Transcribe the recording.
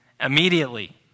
immediately